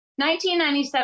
1997